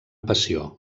passió